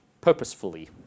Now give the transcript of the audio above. purposefully